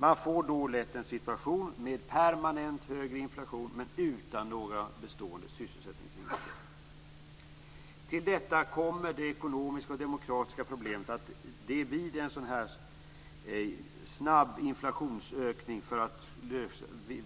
Man får då lätt en situation med permanent högre inflation, men utan någon bestående sysselsättningsvinst. Till detta kommer det ekonomiska och demokratiska problemet vid en sådan här snabb inflationsökning för att